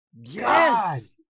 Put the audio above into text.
Yes